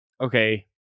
Okay